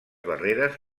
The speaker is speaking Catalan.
barreres